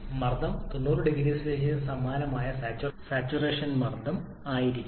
മർദ്ദം 90 0 സിക്ക് സമാനമായ സാച്ചുറേഷൻ മർദ്ദം ആയിരിക്കണം